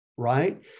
right